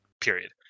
period